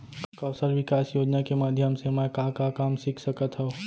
कौशल विकास योजना के माधयम से मैं का का काम सीख सकत हव?